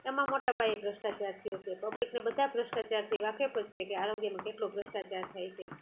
એમાં મોટા પાયે ભ્રષ્ટાચાર થયો છે પબ્લિકને બધા ભ્રષ્ટાચારથી વાકેફ જ છે કે આરોગ્યમાં કેટલો ભ્રષ્ટાચાર થાય છે